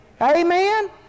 Amen